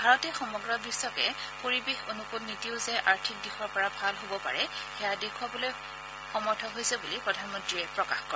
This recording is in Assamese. ভাৰতে সমগ্ৰ বিশ্বকে পৰিৱেশ অনুকূল নীতিও যে আৰ্থিক দিশৰ পৰা ভাল হ'ব পাৰে সেয়া দেখুৱাই দিবলৈ সমৰ্থ হৈছে বুলি প্ৰধানমন্ত্ৰীয়ে প্ৰকাশ কৰে